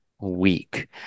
week